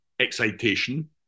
excitation